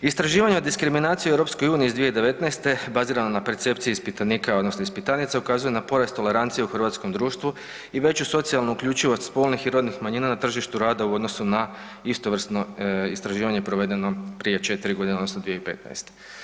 Istraživanja diskriminacije u EU iz 2019. bazirano na percepciji ispitanika odnosno ispitanica ukazuje na porast tolerancije u hrvatskom društvu i veću socijalnu uključivost spolnih i rodnih manjina na tržištu rada u odnosu na istovrsno istraživanje provedeno prije 4 godine odnosno 2015.